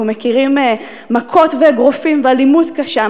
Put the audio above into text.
אנחנו מכירים מכות ואגרופים ואלימות קשה,